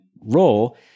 role